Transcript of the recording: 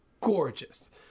gorgeous